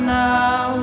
now